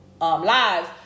lives